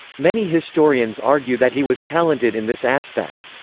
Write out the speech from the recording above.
many historians argue that he was talented in this aspect.